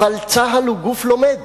אבל צה"ל הוא גוף לומד